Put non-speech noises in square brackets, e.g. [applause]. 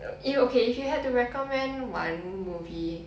[noise] okay if you had to recommend one movie